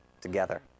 together